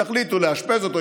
יחליטו לאשפז אותו,